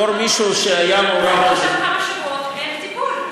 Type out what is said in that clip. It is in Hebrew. במשך כמה שבועות אין טיפול.